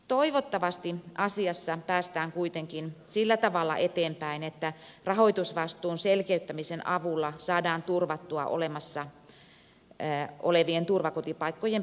toivottavasti asiassa päästään kuitenkin sillä tavalla eteenpäin että rahoitusvastuun selkeyttämisen avulla saadaan turvattua olemassa olevien turvakotipaikkojen pysyvyys